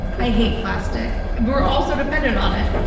i hate plastic. we're all so dependent on it.